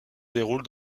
déroule